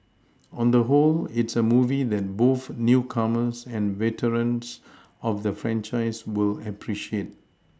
on the whole it's a movie that both newcomers and veterans of the franchise will appreciate